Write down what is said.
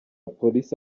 police